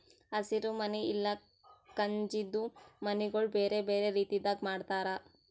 ಹಸಿರು ಮನಿ ಇಲ್ಲಾ ಕಾಜಿಂದು ಮನಿಗೊಳ್ ಬೇರೆ ಬೇರೆ ರೀತಿದಾಗ್ ಮಾಡ್ತಾರ